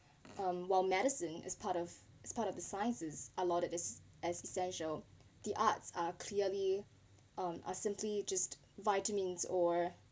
um while medicine as part of it's part of the sizes are lauded his as essential the arts are clearly um are simply just vitamins or